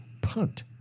punt